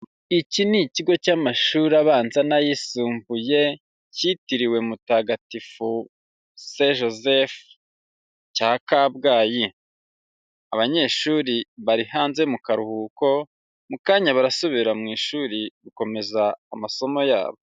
Iki ni ikigo cy'amashuri abanza n'ayisumbuye cyitiriwe mutagatifu saint Joseph cya Kabgayi, abanyeshuri bari hanze mu karuhuko, mu kanya barasubira mu ishuri gukomeza amasomo yabo.